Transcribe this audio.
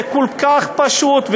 זה כל כך פשוט,